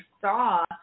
saw